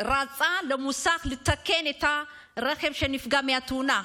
רצה למוסך לתקן את הרכב שנפגע מהתאונה,